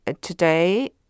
today